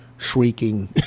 shrieking